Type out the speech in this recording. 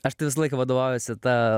aš tai visą laiką vadovaujuosi ta